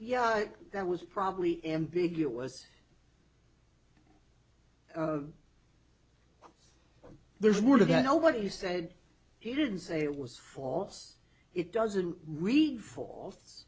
yeah that was probably ambiguous there's more to the know what you said he didn't say it was false it doesn't read f